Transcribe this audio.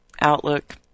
Outlook